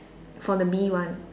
for the B one